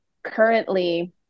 Currently